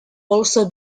also